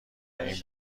این